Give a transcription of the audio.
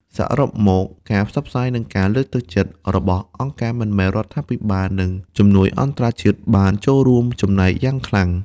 សរុបមក ការផ្សព្វផ្សាយ និងការលើកទឹកចិត្តរបស់អង្គការមិនមែនរដ្ឋាភិបាល និងជំនួយអន្តរជាតិបានចូលរួមចំណែកយ៉ាងខ្លាំង។